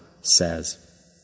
says